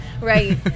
Right